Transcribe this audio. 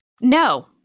No